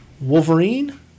Wolverine